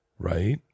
Right